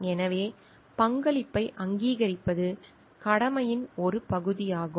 எனவே பங்களிப்பை அங்கீகரிப்பது கடமையின் ஒரு பகுதியாகும்